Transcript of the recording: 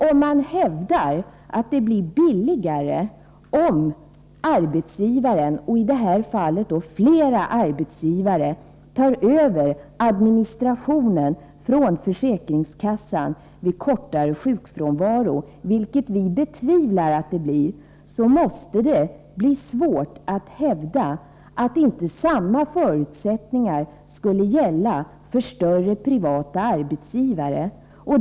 Om man hävdar att det blir billigare om arbetsgivaren, i det här sammanhanget flera arbetsgivare, tar över administrationen från försäkringskassan vid kortare sjukfrånvaro, vilket vi betvivlar, så måste det bli svårt att hävda att inte samma förutsättningar skulle gälla för större privata arbetsgivare.